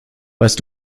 weißt